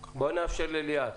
בואו נאפשר לליאת.